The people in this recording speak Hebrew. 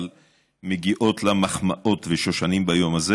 אבל מגיעות לה מחמאות ושושנים ביום הזה